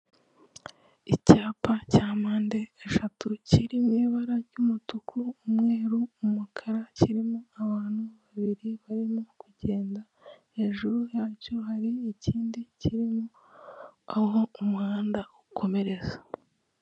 Icyapa cya mpande eshatu, kiri mu ibara ry'umutuku, umweru, umukara kirimo abantu babiri barimo kugenda, hejuru yacyo hari ikindi kirimo aho umuhanda ukomereza.